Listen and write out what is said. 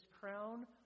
crown